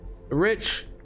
rich